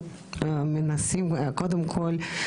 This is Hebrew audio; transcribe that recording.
קודם כל,